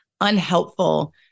unhelpful